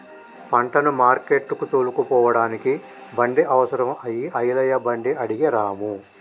పంటను మార్కెట్టుకు తోలుకుపోడానికి బండి అవసరం అయి ఐలయ్య బండి అడిగే రాము